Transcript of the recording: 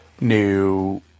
new